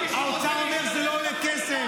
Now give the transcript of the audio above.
האוצר אומר שזה לא עולה כסף.